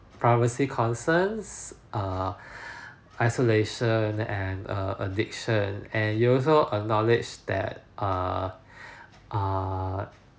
privacy concerns err isolation and err addiction and you also acknowledge that err err